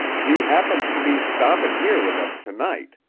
she happens to be stoppin' here with us to-night.